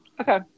Okay